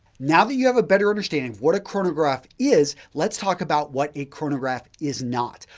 now, that you have a better understanding of what a chronograph is let's talk about what a chronograph is not.